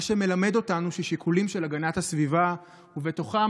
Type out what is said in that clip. מה שמלמד אותנו ששיקולים של הגנת הסביבה ובתוכם